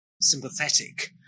sympathetic